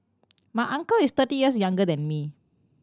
my uncle is thirty years younger than me